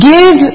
Give